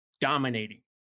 dominating